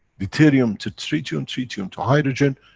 deuterium to tritium, tritium to hydrogen.